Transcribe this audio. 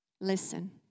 Listen